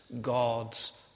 God's